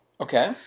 Okay